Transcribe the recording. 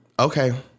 Okay